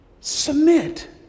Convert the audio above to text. Submit